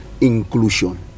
Inclusion